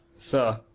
sir,